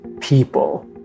people